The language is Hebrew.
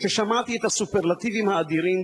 כששמעתי את הסופרלטיבים האדירים,